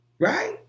Right